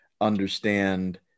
understand